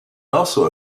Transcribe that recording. also